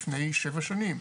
לפני שבע שנים.